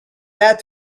that